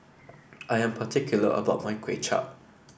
I am particular about my Kway Chap